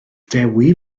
dewi